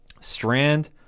Strand